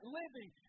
living